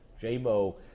J-Mo